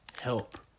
help